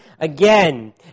again